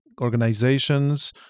organizations